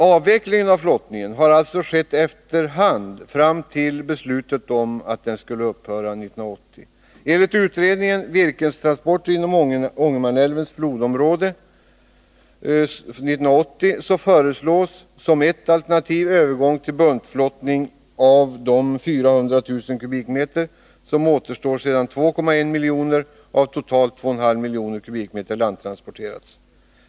Avvecklingen av flottningen har alltså skett efter hand fram till beslutet att den skall upphöra 1980. I Västerbottens del av Ångermanälven har flottningen redan upphört. I utredningen Virkestransporter inom Ångermanälvens flodområde föreslås som ett alternativ övergång till buntflottning av de 400 000 m? som återstår sedan 2,1 miljoner av totalt 2,5 miljoner m? landtransporterats.